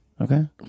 Okay